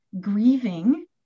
grieving